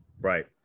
Right